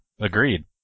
agreed